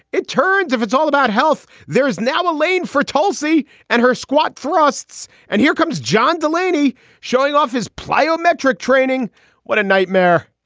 it turns off. it's all about health. there is now a lane for tulsi and her squat thrusts. and here comes john delaney showing off his plyometric training what a nightmare.